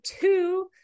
two